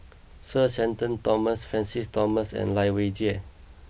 Sir Shenton Thomas Francis Thomas and Lai Weijie